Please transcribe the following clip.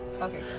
Okay